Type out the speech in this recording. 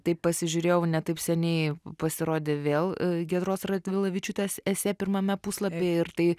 taip pasižiūrėjau ne taip seniai pasirodė vėl giedros radvilavičiūtės esė pirmame puslapyje ir tai